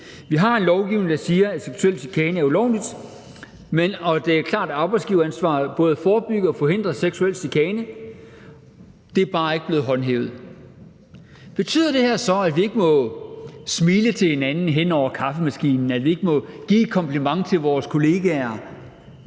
Vi har en lovgivning, der siger, at seksuel chikane er ulovligt. Det er et klart arbejdsgiveransvar både at forebygge og forhindre seksuel chikane. Det er bare ikke blevet håndhævet. Betyder det her så, at vi ikke må smile til hinanden hen over kaffemaskinen, at vi ikke må give et kompliment til vores kollegaer?